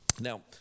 now